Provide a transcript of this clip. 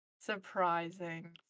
surprising